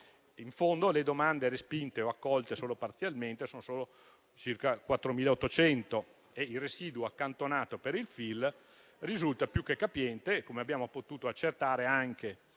In fondo le domande respinte o accolte parzialmente sono solo circa 4.800 e il residuo accantonato per il FIR risulta più che capiente, come abbiamo potuto accertare anche